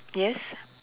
yes